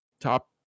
top